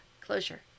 Closure